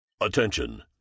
Attention